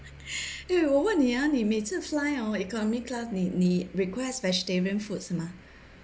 eh 我问你啊你每次 fly hor economy class 你你 request vegetarian food 是吗